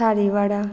तारी वाडा